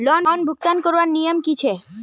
Loan भुगतान करवार नियम की छे?